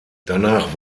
danach